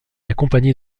accompagné